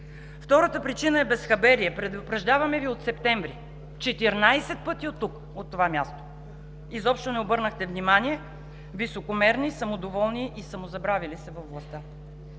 Втората причина е безхаберие. Предупреждаваме Ви от септември – 14 пъти оттук, от това място. Изобщо не обърнахте внимание – високомерни, самодоволни и самозабравили се във властта.